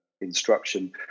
instruction